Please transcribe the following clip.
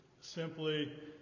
simply